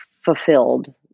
fulfilled